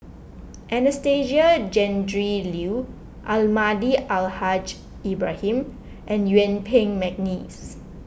Anastasia Tjendri Liew Almahdi Al Haj Ibrahim and Yuen Peng McNeice